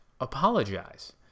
apologize